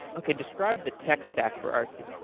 okay. describe the tech stack for artsy